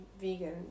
Vegan